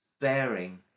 bearing